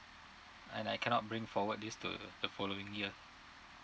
and I cannot bring forward this to the following year